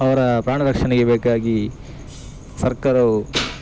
ಅವರ ಪ್ರಾಣ ರಕ್ಷಣೆಗೆ ಬೇಕಾಗಿ ಸರ್ಕಾರವು